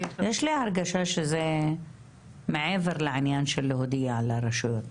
יש לי הרגשה שזה מעבר לעניין של להודיע לרשויות.